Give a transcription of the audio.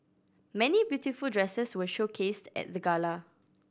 many beautiful dresses were showcased at the gala